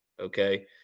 okay